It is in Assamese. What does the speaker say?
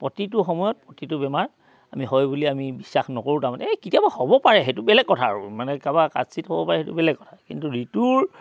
প্ৰতিটো সময়ত প্ৰতিটো বেমাৰ আমি হয় বুলি আমি বিশ্বাস নকৰোঁ তাৰমানে এই কেতিয়াবা হ'ব পাৰে সেইটো বেলেগ কথা আৰু মানে কাৰোবাৰ কাচিত হ'ব পাৰে সেইটো বেলেগ কথা কিন্তু ঋতুৰ